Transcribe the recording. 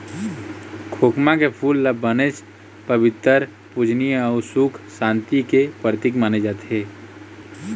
खोखमा के फूल ल बनेच पबित्तर, पूजनीय अउ सुख सांति के परतिक माने जाथे